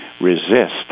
resist